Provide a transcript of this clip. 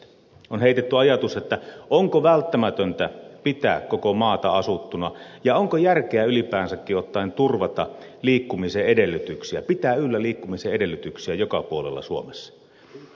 on heitetty ajatus onko välttämätöntä pitää koko maata asuttuna ja onko järkeä ylipäänsäkin ottaen turvata liikkumisen edellytyksiä pitää yllä liikkumisen edellytyksiä joka puolella suomessa